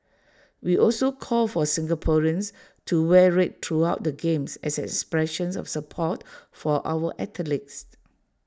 we also call for Singaporeans to wear red throughout the games as an expression of support for our athletes